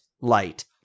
light